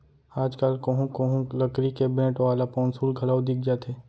आज कल कोहूँ कोहूँ लकरी के बेंट वाला पौंसुल घलौ दिख जाथे